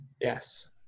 yes